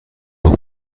دختر